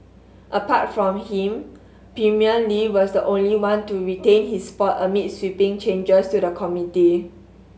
apart from him Premier Li was the only one to retain his spot amid sweeping changes to the committee